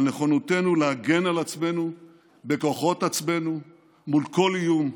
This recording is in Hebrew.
על נכונותנו להגן על עצמנו בכוחות עצמנו מול כל איום.